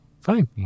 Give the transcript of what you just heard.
Fine